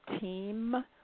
team